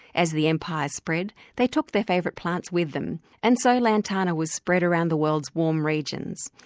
as the empire spread they took their favourite plants with them, and so lantana was spread around the world's warm regions.